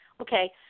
okay